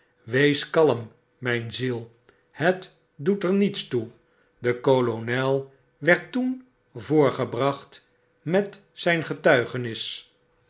wees kalm mjjn ziel het doet er niets toe de kolonel werd toen voorgebracht met zyn getuigenis